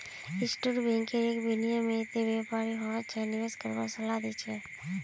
stock broker एक विनियमित व्यापारी हो छै जे निवेश करवार सलाह दी छै